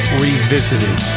revisited